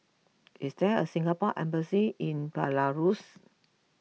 is there a Singapore Embassy in Belarus